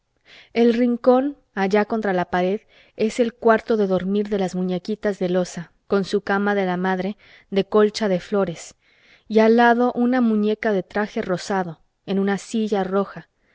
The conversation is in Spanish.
el rincón allá contra la pared es el cuarto de dormir de las muñequitas de loza con su cama de la madre de colcha de flores y al lado una muñeca de traje rosado en una silla roja